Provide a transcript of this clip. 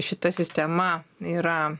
šita sistema yra